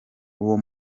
uwo